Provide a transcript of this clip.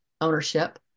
ownership